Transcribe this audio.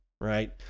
Right